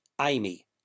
Amy